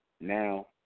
now